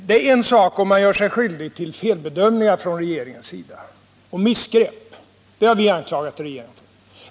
Det är en sak om regeringen gör sig skyldig till felbedömningar och missgrepn — det har vi anklagat regeringen för.